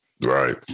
Right